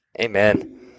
Amen